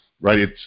right